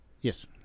Yes